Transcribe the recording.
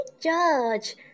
George